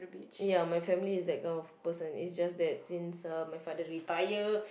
ya my family is that kind of person it's just that since um my father retire